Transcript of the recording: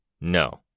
No